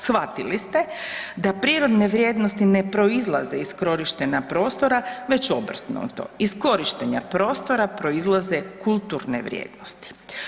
Shvatili ste da prirodne vrijednosti ne proizlaze iz korištenja prostora već obrnuto, iz korištenja prostora proizlaze kulturne vrijednosti.